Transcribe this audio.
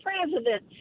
president